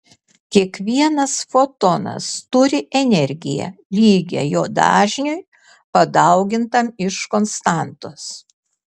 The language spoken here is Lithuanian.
kiekvienas fotonas turi energiją lygią jo dažniui padaugintam iš konstantos